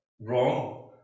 wrong